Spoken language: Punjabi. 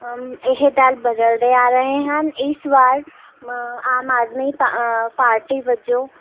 ਇਹ ਦਲ ਬਦਲਦੇ ਆ ਰਹੇ ਹਨ ਇਸ ਵਾਰ ਆਮ ਆਦਮੀ ਪਾਰਟੀ ਵਜੋਂ